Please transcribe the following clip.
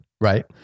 Right